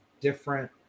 different